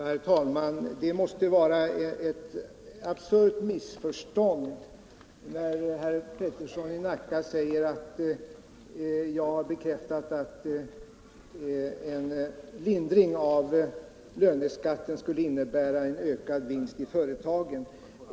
Herr talman! Det måste vara ett absurt missförstånd när herr Peterson i Nacka säger att jag har bekräftat att en lindring av löneskatten skulle ha som motiv att öka vinsten i företagen.